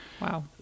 Wow